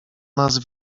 nas